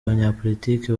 abanyapolitiki